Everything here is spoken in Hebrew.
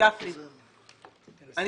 לא